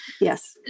Yes